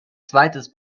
zweites